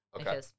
Okay